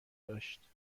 داشت